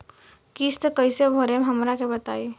किस्त कइसे भरेम हमरा के बताई?